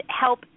help